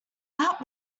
that